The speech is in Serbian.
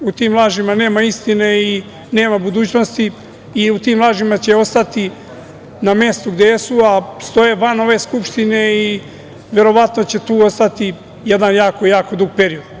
U tim lažima nema istine i nema budućnosti i u tim lažima će ostati na mestu gde jesu, a stoje van ove Skupštine i verovatno će tu ostati jedan jako, jako dug period.